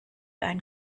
einen